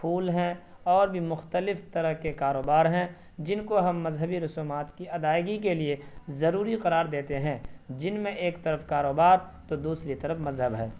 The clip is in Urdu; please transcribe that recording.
پھول ہیں اور بھی مختلف طرح کے کاروبار ہیں جن کو ہم مذہبی رسومات کی ادائیگی کے لیے ضروری قرار دیتے ہیں جن میں ایک طرف کاروبار تو دوسری طرف مذہب ہے